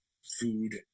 food